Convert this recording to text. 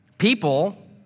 People